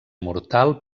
mortal